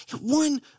one